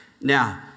Now